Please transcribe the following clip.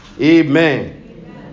Amen